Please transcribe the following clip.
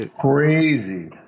crazy